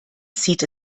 zieht